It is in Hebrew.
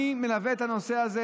אני מלווה את הנושא הזה